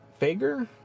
Fager